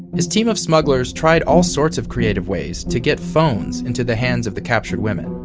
his team of smugglers tried all sorts of creative ways to get phones into the hands of the captured women.